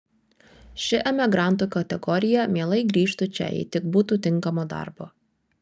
ši emigrantų kategorija mielai grįžtu čia jei tik būtų tinkamo darbo